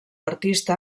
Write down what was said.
artista